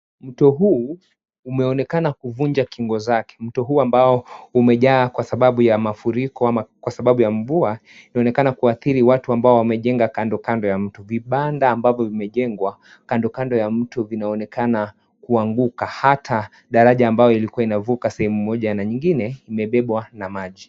Mto huu umeonekana kuvunja kingo zake, mto huu ambao umejaa kwa sababu ya mafuriko ama kwa sababu ya mvua inaonekana kuathiri watu ambao wamejenga kando kando ya mto. Vibanda ambavyo vimejengwa kando kando ya mto vinaonekana kuanguka hata daraja ambayo inavuka sehemu Moja na nyingine imebebwa na maji.